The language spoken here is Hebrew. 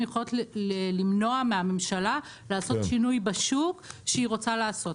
יכולות למנוע מהממשלה לעשות שינוי בשוק שהיא רוצה לעשות,